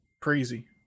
crazy